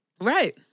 Right